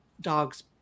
dog's